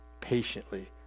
patiently